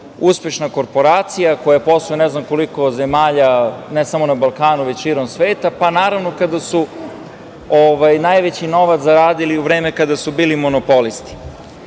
uspešna korporacija koja posluje u ne znam koliko zemalja, ne samo na Balkanu, već širom sveta. Pa, naravno, kada su najveći novac zaradili u vreme kada su bili monopolisti.Za